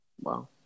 Wow